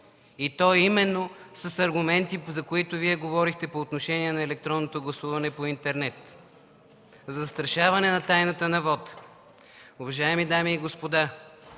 и то именно с аргументите, за които Вие говорехте по отношение на електронното гласуване по интернет – застрашаване на тайната на вота. Уважаеми дами и господа,